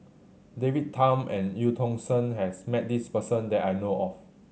David Tham and Eu Tong Sen has met this person that I know of